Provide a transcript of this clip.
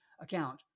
account